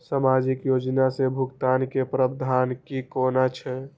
सामाजिक योजना से भुगतान के प्रावधान की कोना छै?